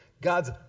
God's